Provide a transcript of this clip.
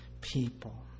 people